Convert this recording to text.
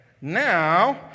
Now